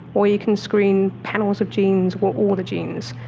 or you can screen panels of genes or all the genes,